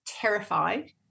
terrified